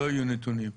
לא יהיו נתונים,